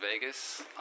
Vegas